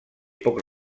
poc